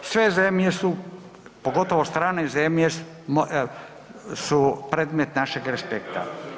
Sve zemlje su, pogotovo strane zemlje su predmet našeg respekta.